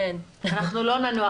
אנחנו לא ננוח.